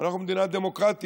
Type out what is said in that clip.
ואנחנו מדינה דמוקרטית.